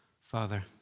Father